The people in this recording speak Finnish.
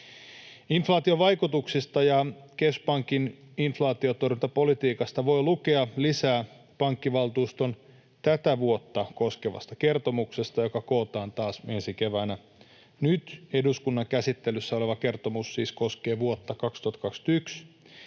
Inflaation vaikutuksista ja keskuspankin inflaationtorjuntapolitiikasta voi lukea lisää pankkivaltuuston tätä vuotta koskevasta kertomuksesta, joka kootaan taas ensi keväänä. Nyt eduskunnan käsittelyssä oleva kertomus koskee siis vuotta 2021.